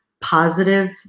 positive